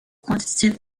quantitative